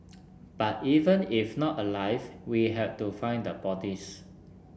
but even if not alive we had to find the bodies